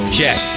Check